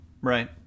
Right